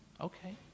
okay